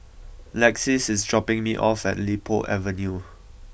Lexis is dropping me off at Li Po Avenue